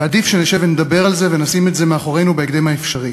ועדיף שנשב ונדבר על זה ונשים את זה מאחורינו בהקדם האפשרי.